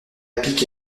pique